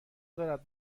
دارد